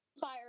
Fire